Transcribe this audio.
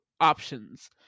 options